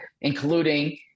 including